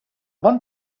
bon